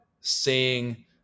seeing